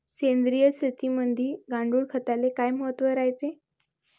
सेंद्रिय शेतीमंदी गांडूळखताले काय महत्त्व रायते?